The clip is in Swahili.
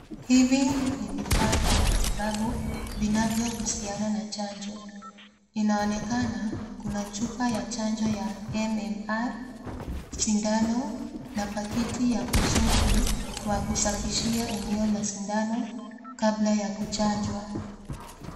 Hivi ni vifaa vya matibabu, vinavyo husiana na chanjo, inaonekana kuna chupa ya chanjo ya MMR,sindano, na paketi ya usufi wa kusafishia eneo la sindano kabla ya kuchanjwa.